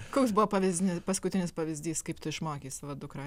koks buvo pavyzdini paskutinis pavyzdys kaip tu išmokei savo dukrą